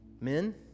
Men